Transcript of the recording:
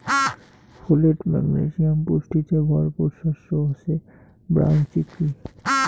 folate, magnesium পুষ্টিতে ভরপুর শস্য হসে ব্রাউন চিকপি